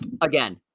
again